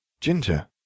ginger